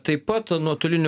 taip pat nuotoliniu